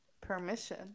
Permission